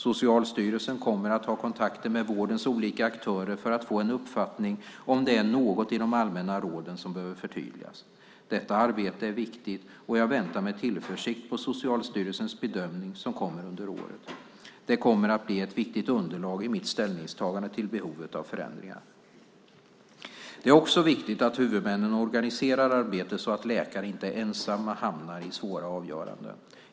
Socialstyrelsen kommer att ha kontakter med vårdens olika aktörer för att få en uppfattning om det är något i de allmänna råden som behöver förtydligas. Detta arbete är viktigt, och jag väntar med tillförsikt på Socialstyrelsens bedömning som kommer under året. Det kommer att bli ett viktigt underlag i mitt ställningstagande till behovet av förändringar. Det är också viktigt att huvudmännen organiserar arbetet så att läkare inte ensamma hamnar i svåra avgöranden.